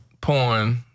porn